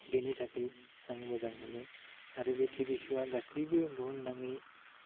बेनि थाखाय आं मोजां मोनो आरो बे टिभि श'वा गासैबो बुहुम नाङै